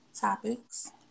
topics